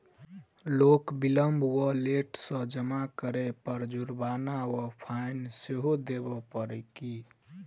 Loan विलंब वा late सँ जमा करै पर जुर्माना वा फाइन सेहो देबै पड़त की?